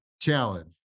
challenge